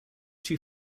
too